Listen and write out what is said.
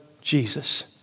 Jesus